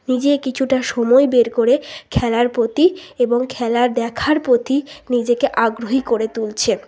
নিজে কিছুটা সময় বের করে খেলার প্রতি এবং খেলা দেখার প্রতি নিজেকে আগ্রহী করে তুলছে